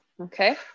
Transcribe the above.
Okay